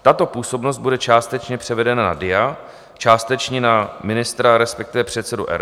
Tato působnost bude částečně převedena na DIA, částečně na ministra, respektive předsedu RVIS.